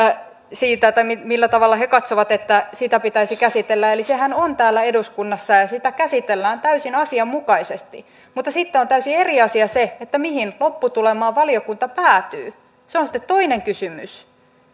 siitä millä tavalla he katsovat että sitä pitäisi käsitellä eli sehän on täällä eduskunnassa ja ja sitä käsitellään täysin asianmukaisesti mutta sitten on täysin eri asia se mihin lopputulemaan valiokunta päätyy se on sitten toinen kysymys